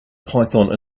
python